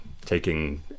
taking